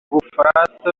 bufaransa